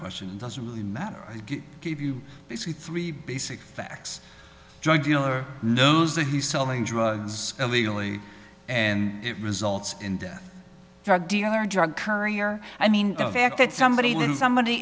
question doesn't really matter i give you three basic facts drug dealer knows that he's selling drugs illegally and it results in that drug dealer or drug courier i mean the fact that somebody when somebody